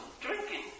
Drinking